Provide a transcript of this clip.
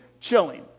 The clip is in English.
chilling